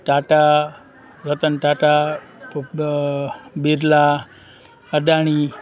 Tata Ratan Tata Birla Adani